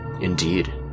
Indeed